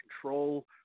control